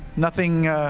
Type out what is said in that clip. nothing